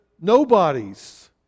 nobodies